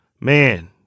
man